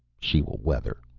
she will weather,